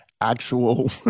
actual